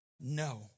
No